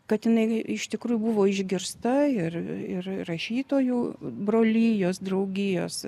kad jinai iš tikrųjų buvo išgirsta ir ir rašytojų brolijos draugijos